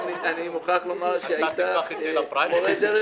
אני מוכרח לומר שהיית מורה דרך.